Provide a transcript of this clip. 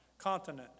continent